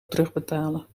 terugbetalen